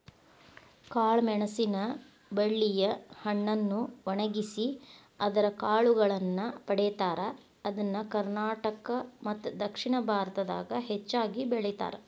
ಕಾಳಮೆಣಸಿನ ಬಳ್ಳಿಯ ಹಣ್ಣನ್ನು ಒಣಗಿಸಿ ಅದರ ಕಾಳುಗಳನ್ನ ಪಡೇತಾರ, ಇದನ್ನ ಕರ್ನಾಟಕ ಮತ್ತದಕ್ಷಿಣ ಭಾರತದಾಗ ಹೆಚ್ಚಾಗಿ ಬೆಳೇತಾರ